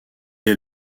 est